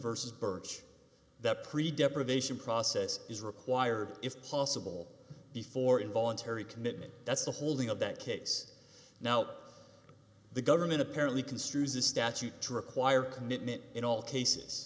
versus birch that pre deprivation process is required if possible before involuntary commitment that's the holding of that case now the government apparently construe the statute to require commitment in all cases